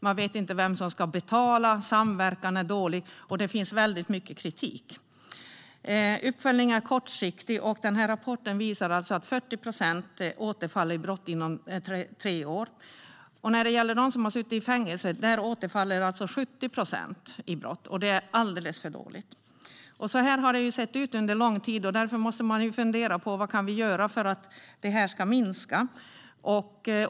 Man vet inte vem som ska betala. Samverkan är dålig. Uppföljningen är kortsiktig. Det finns väldigt mycket kritik. Rapporten visar att 40 procent återfaller i brott inom tre år. Av dem som suttit i fängelse återfaller 70 procent i brott. Det är alldeles för dåligt. Så här har det sett ut under lång tid. Därför måste man fundera på vad vi kan göra för att det ska minska.